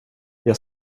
jag